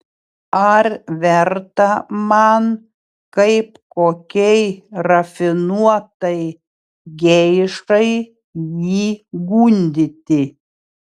ar verta man kaip kokiai rafinuotai geišai jį gundyti